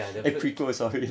ya the first